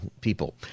people